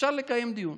אפשר לקיים דיון